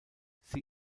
sie